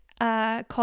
Called